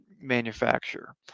manufacturer